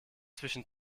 zwischen